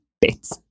bits